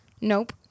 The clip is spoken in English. Nope